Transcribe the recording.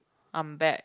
I'm back